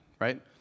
right